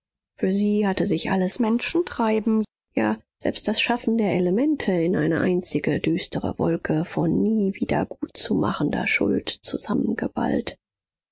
für sie hatte sich alles menschentreiben ja selbst das schaffen der elemente in eine einzige düstere wolke von nie wieder gutzumachender schuld zusammengeballt